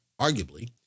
arguably